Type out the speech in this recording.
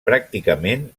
pràcticament